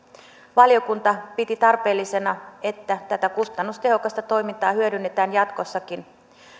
valiokunta piti tarpeellisena että tätä kustannustehokasta toimintaa hyödynnetään jatkossakin